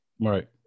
Right